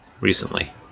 recently